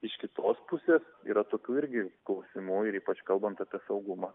iš kitos pusės yra tokių irgi klausimų ir ypač kalbant apie saugumą